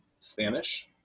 Spanish